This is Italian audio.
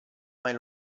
mai